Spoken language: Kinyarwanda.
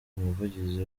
muvugizi